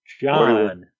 John